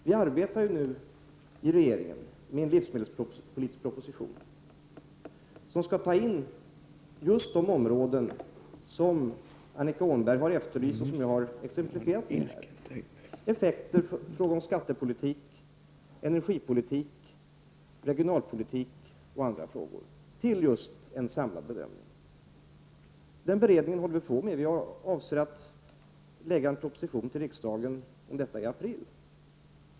Vi arbetar ju nu i regeringen med en livsmedelspolitisk proposition, som skall ta upp just de områden som Annika Åhnberg har efterlyst och som jag har exemplifierat — effekter i fråga om skattepolitik, energipolitik, regionalpolitik och andra områden — till en samlad bedömning. Den beredningen håller vi alltså på med, och vi avser att lägga fram en proposition till riksdagen om detta i april.